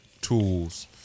tools